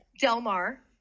Delmar